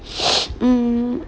mm